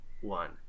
one